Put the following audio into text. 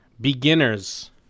Beginners